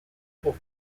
equal